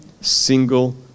single